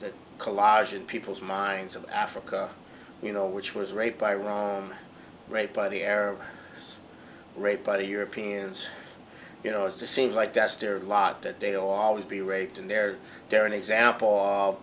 that collage in people's minds of africa you know which was raped by run right by the air raid by the europeans you know it's just seems like that's terrible lot that they'll always be raped and they're they're an example